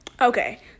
Okay